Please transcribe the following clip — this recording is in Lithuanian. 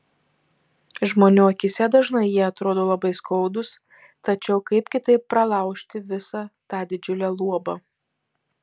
žmonių akyse dažnai jie atrodo labai skaudūs tačiau kaip kitaip pralaužti visa tą didžiulę luobą